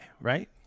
Right